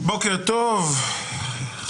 בוקר טוב, אני מתכבד לפתוח את הישיבה.